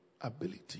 ability